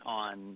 on